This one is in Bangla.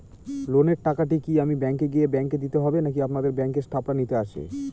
লোনের টাকাটি কি আমাকে গিয়ে ব্যাংক এ দিতে হবে নাকি আপনাদের ব্যাংক এর স্টাফরা নিতে আসে?